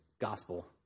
gospel